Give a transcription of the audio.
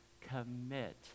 commit